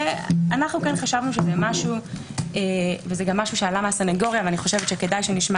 זה גם משהו שעלה מהסנגוריה ואני חושבת שכדאי שנשמע